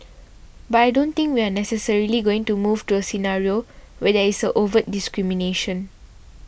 but I don't think we are necessarily going to move to a scenario where there is overt discrimination